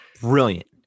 Brilliant